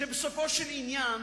כשבסופו של עניין,